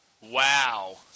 Wow